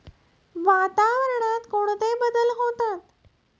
वातावरणात कोणते बदल होतात?